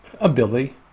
ability